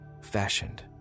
fashioned